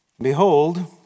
Behold